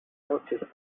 noticed